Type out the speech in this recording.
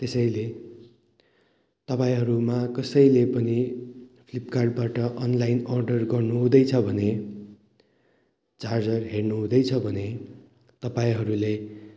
त्यसैले तपाईँहरूमा कसैले पनि फ्लिपकार्टबाट अनलाइन अर्डर गर्नुहुँदैछ भने चार्जर हेर्नुहुँदैछ भने तपाईँहरूले